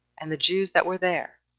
and the jews that were there,